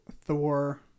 Thor